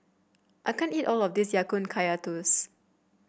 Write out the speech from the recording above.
I can't eat all of this Ya Kun Kaya Toast